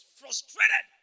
frustrated